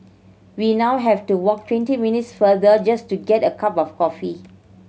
we now have to walk twenty minutes farther just to get a cup of coffee